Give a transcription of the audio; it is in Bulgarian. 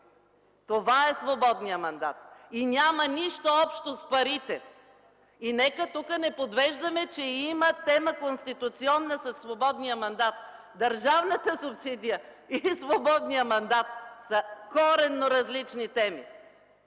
Това е свободният мандат! И няма нищо общо с парите. Нека тук не подвеждаме, че има конституционна тема със свободния мандат. Държавната субсидия и свободният мандат са коренно различни теми.